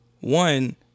one